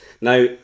now